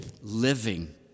living